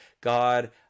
God